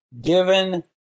given